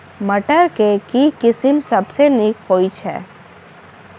मटर केँ के किसिम सबसँ नीक होइ छै?